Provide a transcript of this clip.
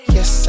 Yes